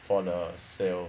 for the sale